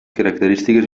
característiques